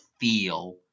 feel